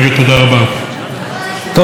תודה לחבר הכנסת אילן גילאון.